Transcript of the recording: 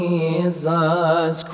Jesus